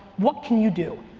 what can you do?